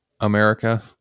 America